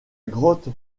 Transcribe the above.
grotte